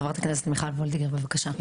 חברת הכנסת מיכל וולדיגר, בבקשה.